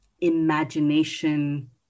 imagination